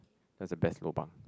that's the best lobang